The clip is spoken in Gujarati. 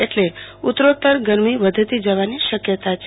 એટલે ઉતરોતર ગરમી વધતી જવાની શકયતા છે